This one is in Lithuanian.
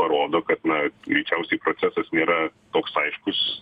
parodo kad na greičiausiai procesas nėra toks aiškus